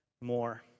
more